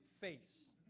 face